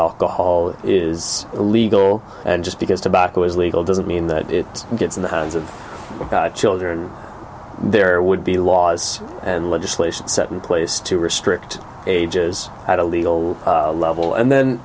alcohol is illegal and just because tobacco is legal doesn't mean that it gets in the hands of children there would be laws and legislation set in place to restrict ages at a legal level and then